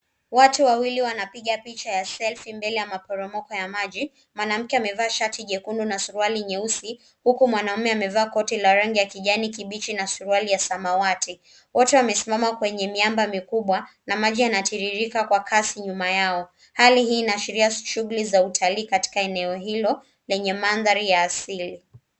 Watu wawili wanapiga picha ya selfi mbele ya maporomoko ya maji. Mwanamke amevaa shati jekundu na suruali nyeusi huku mwanamume amevaa koti la rangi ya kijani kibichi na suruali ya samawati. Wote wamesimama kwenye miamba mikubwa na maji yanatiririka kwa kasi nyuma yao. Hali hii inaashiria shughuli za utalii katika eneo hilo lenye mandhari ya asili.